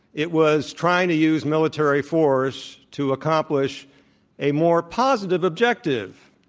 it was trying to use military force to accomplish a more positive objective.